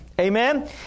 Amen